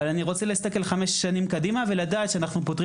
אבל אני רוצה להסתכל חמש שנים קדימה ולדעת שאנחנו פותרים